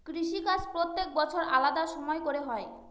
কৃষিকাজ প্রত্যেক বছর আলাদা সময় করে হয়